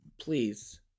please